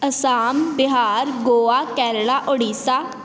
Assam Bihar Goa Canada Odisha